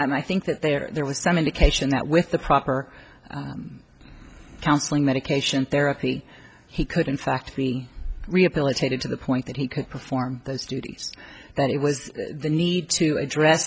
and i think that there was some indication that with the proper counseling medication therapy he could in fact be rehabilitated to the point that he could perform those duties that it was the need to address